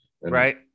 Right